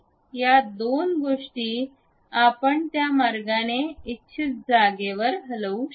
या दोन गोष्टी आपण त्या मार्गाने इच्छित जागेवर हलवू शकता